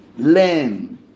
learn